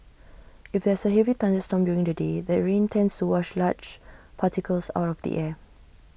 if there's A heavy thunderstorm during the day the rains tends to wash large particles out of the air